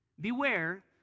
beware